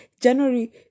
January